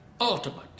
ultimate